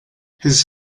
his